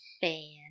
fan